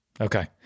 Okay